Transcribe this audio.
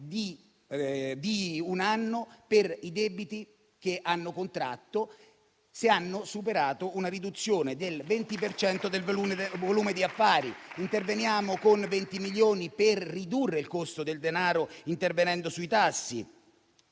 di un anno per i debiti che hanno contratto, se hanno superato una riduzione del 20 per cento del volume di affari. Interveniamo con 20 milioni per ridurre il costo del denaro intervenendo sui tassi.